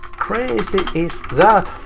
crazy is that,